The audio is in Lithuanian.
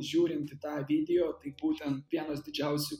žiūrint į tą video tai būtent vienas didžiausių